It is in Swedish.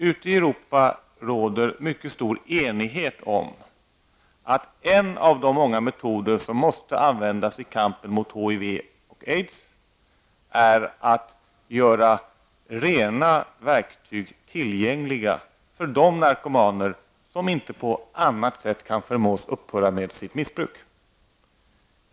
Ute i Europa råder mycket stor enighet om att en av de många metoder som måste användas i kampen mot HIV och aids är att man gör rena verktyg tillgängliga för de narkomaner som inte kan förmås upphöra med sitt missbruk.